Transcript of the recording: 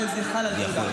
אבל זה חל על כולם.